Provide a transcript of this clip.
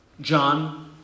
John